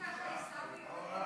אני סולחת לך רק בגלל השעה.